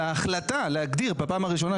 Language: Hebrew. וההחלטה להגדיר בפעם הראשונה,